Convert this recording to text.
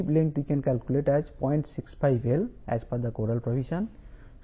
కాబట్టి మనం ఉదాహరణ ను చూద్దాము